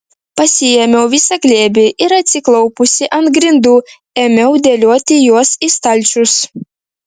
pasiėmiau visą glėbį ir atsiklaupusi ant grindų ėmiau dėlioti juos į stalčius